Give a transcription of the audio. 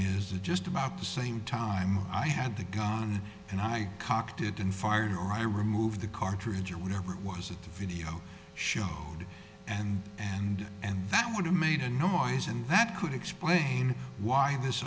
just about the same time i had the gun and i cocked it and fired or i removed the cartridge or whatever it was at the video shop and and and that would have made a noise and that could explain why this